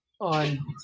on